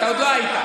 אתה עוד לא היית.